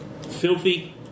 Filthy